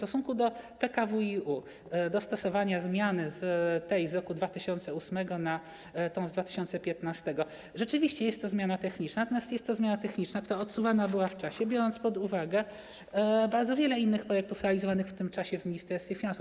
Co do PKWiU, dostosowania zmiany tej z roku 2008 na tę z 2015 - rzeczywiście jest to zmiana techniczna, natomiast jest to zmiana techniczna, która była odsuwana w czasie, biorąc pod uwagę bardzo wiele innych projektów realizowanych w tym czasie w Ministerstwie Finansów.